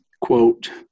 quote